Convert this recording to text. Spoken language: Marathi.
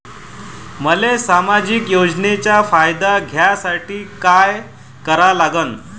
मले सामाजिक योजनेचा फायदा घ्यासाठी काय करा लागन?